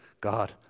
God